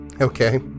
Okay